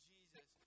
Jesus